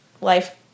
life